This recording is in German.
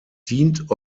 dient